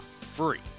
free